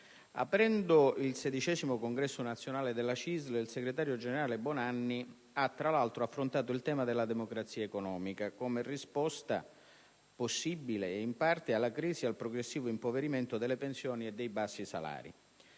aprendo il XVI Congresso nazionale della CISL, il segretario generale Bonanni ha, tra l'altro, affrontato il tema della democrazia economica come risposta, possibile e in parte, alla crisi e al progressivo impoverimento delle pensioni e dei bassi salari.